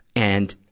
and,